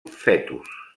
fetus